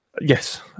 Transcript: Yes